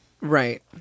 Right